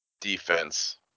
defense